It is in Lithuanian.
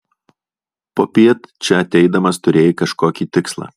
popiet čia ateidamas turėjai kažkokį tikslą